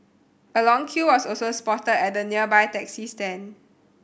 a long queue was also spotted at the nearby taxi stand